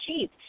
cheap